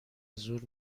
زور